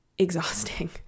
exhausting